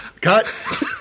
Cut